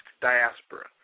diaspora